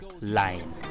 line